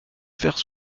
faire